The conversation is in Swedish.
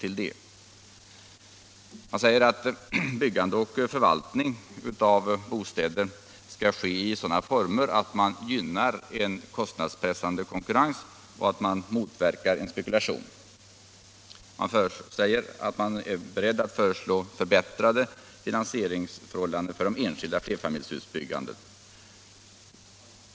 Man säger vidare att byggande och förvaltning av bostäder skall ske i sådana former att man gynnar en kostnadspressande konkurrens och motverkar spekulation. Regeringen är beredd att föreslå förbättrade finansieringsförhållanden för det enskilda flerfamiljshusbyggandet.